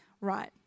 right